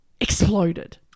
exploded